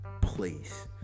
place